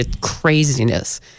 craziness